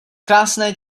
krásné